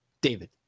David